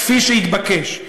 כפי שהתבקש.